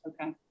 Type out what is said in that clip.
Okay